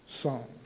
song